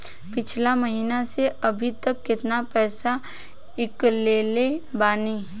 पिछला महीना से अभीतक केतना पैसा ईकलले बानी?